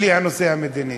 בלי הנושא המדיני.